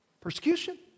Persecution